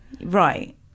Right